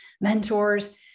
mentors